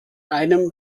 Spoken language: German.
einem